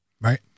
Right